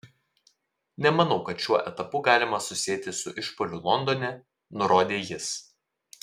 nemanau kad šiuo etapu galima susieti su išpuoliu londone nurodė jis